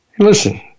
Listen